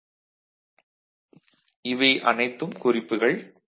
Refer Slide Time 3443 இவை அனைத்தும் குறிப்புகள்